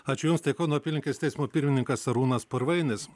ačiū jums tai kauno apylinkės teismo pirmininkas arūnas purvainis